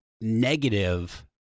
negative